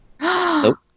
Nope